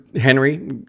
Henry